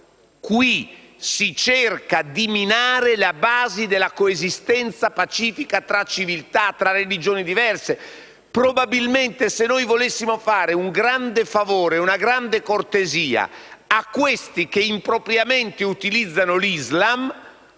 Qui si cerca di minare le basi della coesistenza pacifica tra civiltà e religioni diverse. Probabilmente, se volessimo fare un grande favore e una grande cortesia a questi individui che impropriamente utilizzano l'Islam,